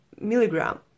milligram